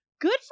Good